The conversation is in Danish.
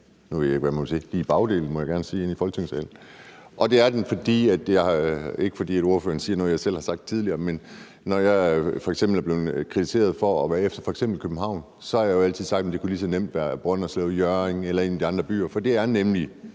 nu ved jeg ikke, hvad man må sige i Folketingssalen – i bagdelen. Det gjorde den, ikke fordi ordføreren siger noget, jeg selv har sagt tidligere. Men når jeg f.eks. er blevet kritiseret for at være efter København, har jeg jo altid sagt, at det lige så godt kunne være Brønderslev, Hjørring eller en af de andre byer, for det er nemlig,